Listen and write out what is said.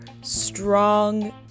strong